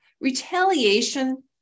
retaliation